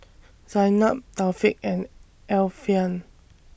Zaynab Taufik and Alfian